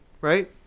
right